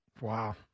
Wow